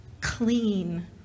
clean